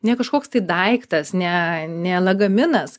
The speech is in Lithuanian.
ne kažkoks tai daiktas ne ne lagaminas